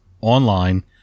online